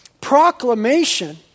proclamation